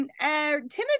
Timothy